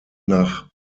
nach